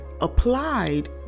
applied